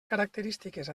característiques